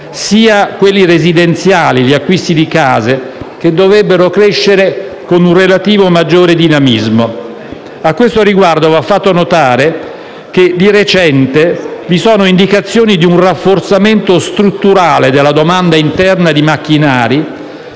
sia quelli residenziali, gli acquisti di case, che dovrebbero crescere con un relativo maggiore dinamismo. A questo riguardo va fatto notare che, di recente, vi sono indicazioni di un rafforzamento strutturale della domanda interna di macchinari